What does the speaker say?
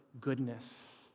goodness